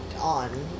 on